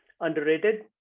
underrated